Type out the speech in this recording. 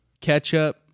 Ketchup